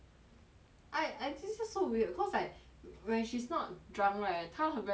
I I this just so weird cause like when she's not drunk right 她 very serious